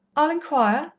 i'll inquire,